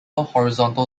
horizontal